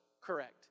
correct